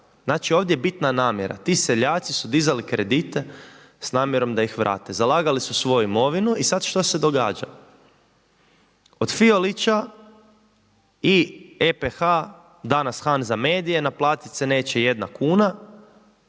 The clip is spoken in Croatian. Znači ovdje je bitna namjera, ti seljaci su dizali kredite s namjerom da ih vrate. Zalagali su svoju imovinu, i sad šta se događa? Od Fiolića i EPH danas Hanza Media naplatit se neće jedna kuna,